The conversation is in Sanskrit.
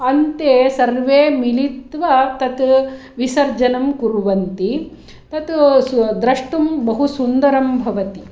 अन्ते सर्वे मिलित्वा तत् विसर्जनं कुर्वन्ति तत् द्रष्टुं बहु सुन्दरं भवति